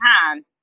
time